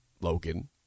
Logan